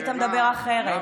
היית מדבר אחרת.